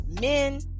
men